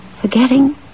forgetting